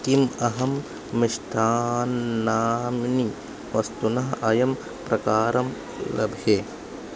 किम् अहं मिष्टान्नानि वस्तुनः अन्यं प्रकारं लभे